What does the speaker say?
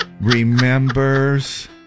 remembers